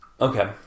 Okay